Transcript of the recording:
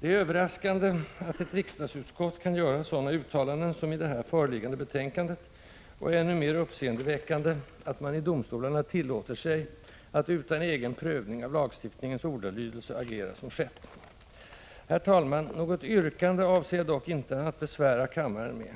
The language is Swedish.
Det är överraskande att ett riksdagsutskott kan göra sådana uttalanden som i det här föreliggande betänkandet och ännu mer uppseendeväckande att man i domstolarna tillåter sig att utan egen prövning av lagstiftningens ordalydelse agera så som skett. Herr talman! Något yrkande avser jag dock inte att besvära kammaren med.